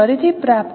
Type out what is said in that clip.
તો તમે શું કરી શકો